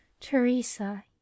Teresa